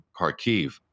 Kharkiv